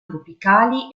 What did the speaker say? tropicali